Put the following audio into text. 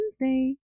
wednesday